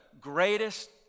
greatest